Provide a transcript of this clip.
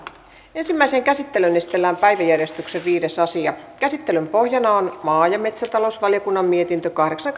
ensimmäiseen käsittelyyn esitellään päiväjärjestyksen viides asia käsittelyn pohjana on maa ja metsätalousvaliokunnan mietintö kahdeksan